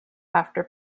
after